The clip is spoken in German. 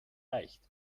leicht